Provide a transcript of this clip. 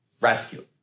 rescue